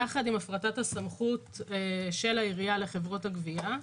יחד עם הפרטת הסמכות של העירייה לחברות הגבייה,